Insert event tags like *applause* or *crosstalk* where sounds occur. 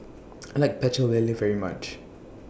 *noise* I like Pecel Lele very much